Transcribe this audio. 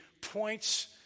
points